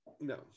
no